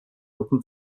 open